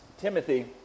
Timothy